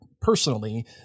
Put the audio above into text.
personally